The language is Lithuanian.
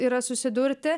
yra susidurti